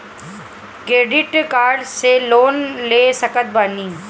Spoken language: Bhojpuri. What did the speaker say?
क्रेडिट कार्ड से लोन ले सकत बानी?